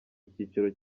icyiciro